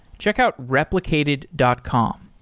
checkout replicated dot com.